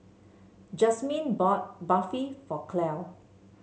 Jazmyn bought Barfi for Clell